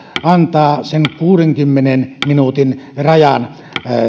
antaa sen kuudenkymmenen minuutin rajan